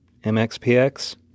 MXPX